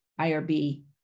IRB